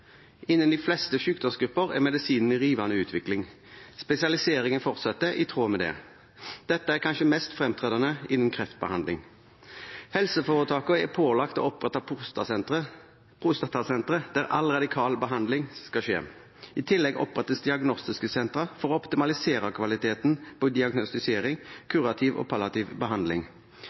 Innen de fleste sykdomsgrupper er medisinen i rivende utvikling. Spesialiseringen fortsetter i tråd med det. Dette er kanskje mest fremtredende innen kreftbehandling. Helseforetakene er pålagt å opprette prostatasentre der all radikal behandling skal skje. I tillegg opprettes diagnostiske sentra for å optimalisere kvaliteten på diagnostisering og kurativ og palliativ behandling.